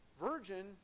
virgin